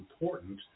important